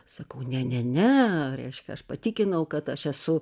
sakau ne ne ne reiškia aš patikinau kad aš esu